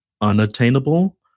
unattainable